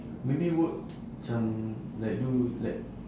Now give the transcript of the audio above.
maybe work macam like do like